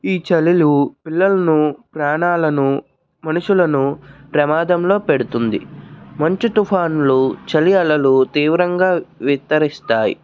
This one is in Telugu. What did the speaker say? ఈ చలులు పిల్లలను ప్రాణాలను మనుషులను ప్రమాదంలో పెడుతుంది మంచు తుఫానులు చలి అలలు తీవ్రంగా విస్తరిస్తాయి